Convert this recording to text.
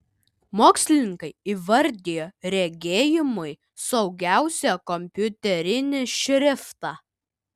mokslininkai įvardijo regėjimui saugiausią kompiuterinį šriftą